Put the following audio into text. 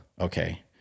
okay